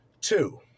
Two